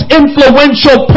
influential